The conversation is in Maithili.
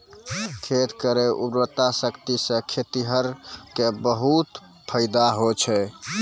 खेत केरो उर्वरा शक्ति सें खेतिहर क बहुत फैदा होय छै